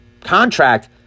contract